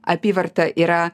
apyvarta yra